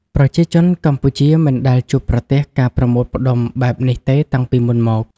ប្រជាជនកម្ពុជាមិនដែលជួបប្រទះការប្រមូលផ្តុំបែបនេះទេតាំងពីមុនមក។